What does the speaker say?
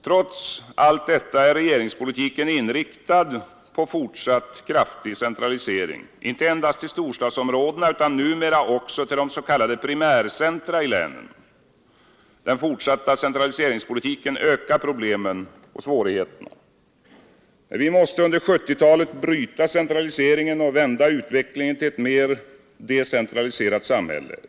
Trots allt detta är regeringspolitiken inriktad på fortsatt kraftig centralisering, inte endast till storstadsområdena utan numera också till de s.k. primärcentra i länen. Den fortsatta centraliseringspolitiken ökar problemen och svårigheterna. Vi måste under 1970-talet bryta centraliseringen och vända utvecklingen till ett mer decentraliserat samhälle.